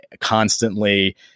constantly